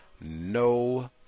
no